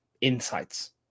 insights